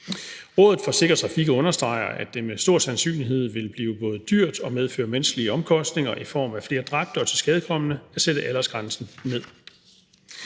Rådet for Sikker Trafik understreger, at det med stor sandsynlighed vil blive både dyrt og medføre menneskelige omkostninger i form af flere dræbte og tilskadekomne at sætte aldersgrænsen ned.